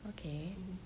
okay